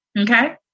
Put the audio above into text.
okay